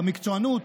במקצוענות,